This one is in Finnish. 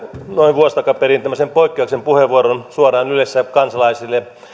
noin vuosi takaperin tämmöisen poikkeuksellisen puheenvuoron ylessä suoraan kansalaisille